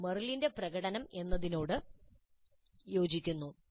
ഇത് മെറിലിന്റെ "പ്രകടനം" എന്നതിനോട് യോജിക്കുന്നു